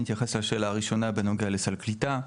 אני אתייחס לשאלה הראשונה בנוגע לסל הקליטה.